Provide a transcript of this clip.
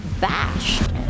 bashed